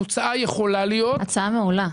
התוצאה יכולה להיות --- הצעה מעולה.